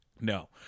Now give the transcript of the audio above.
No